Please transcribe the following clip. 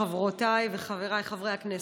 חברותיי וחבריי חברי הכנסת,